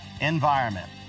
environment